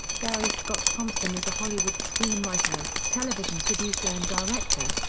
gary scott thompson is a hollywood screenwriter, television producer and director.